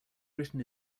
written